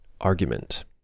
argument